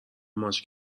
ماچ